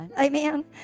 amen